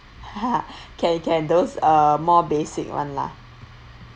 K can those uh more basic [one] lah